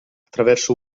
attraverso